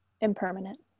impermanent